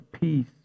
peace